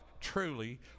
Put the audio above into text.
truly